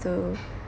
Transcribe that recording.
to